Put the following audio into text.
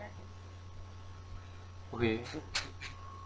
okay